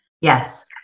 Yes